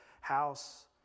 house